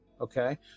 okay